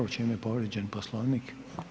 U čemu je povrijeđen Poslovnik?